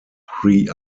three